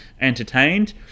entertained